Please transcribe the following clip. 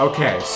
Okay